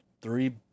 three